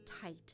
tight